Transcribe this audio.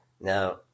Now